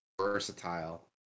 versatile